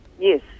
Yes